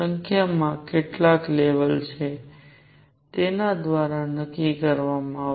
સંખ્યા માં કેટલા લેવલ છે તેના દ્વારા નક્કી કરવામાં આવશે